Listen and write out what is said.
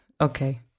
Okay